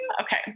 okay